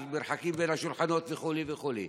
על מרחקים בין השולחנות וכו' וכו'.